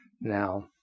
Now